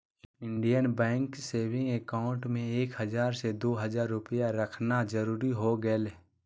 Indian bank saving account में एक हजार से दो हजार रुपया रखना जरूरी हो गेलय